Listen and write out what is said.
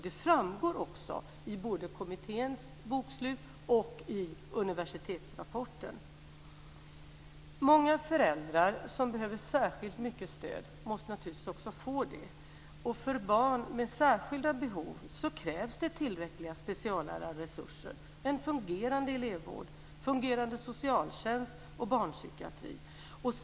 Det framgår också i både kommitténs bokslut och i universitetsrapporten. Många föräldrar som behöver särskilt mycket stöd måste naturligtvis också få det. För barn med särskilda behov krävs det tillräckliga speciallärarresurser, en fungerande elevvård och en fungerande socialtjänst och barnpsykiatri.